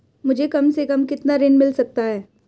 मुझे कम से कम कितना ऋण मिल सकता है?